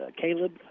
Caleb